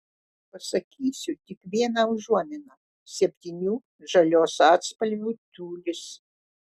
pasakysiu tik vieną užuominą septynių žalios atspalvių tiulis